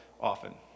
often